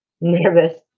Nervous